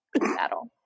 battle